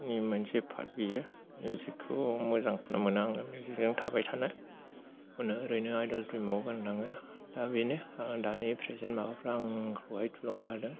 आंनि मोनसे पार्ट बियो मिउजिकखौ मोजांखौनो मोनो आङो मिउजिकजों थाबाय थानो माने ओरैनो आइदल फिल्माव गानदामो दा बेनो आंनि प्रेजेन्ट माबाफ्रा आंखौहाय थुलुंगा होदों